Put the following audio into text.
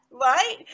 Right